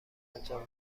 انجام